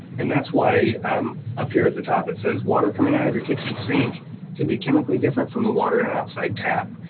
and that's why um up here at the top, it says, water coming out of your kitchen sink could be chemically different from the water at and an outside tap.